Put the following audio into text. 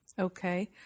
Okay